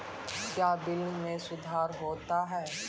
क्या बिल मे सुधार होता हैं?